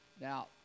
Now